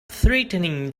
threatening